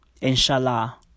Inshallah